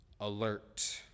alert